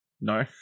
No